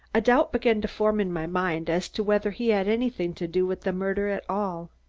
a doubt began to form in my mind as to whether he had anything to do with the murder at all.